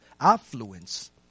affluence